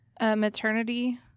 Maternity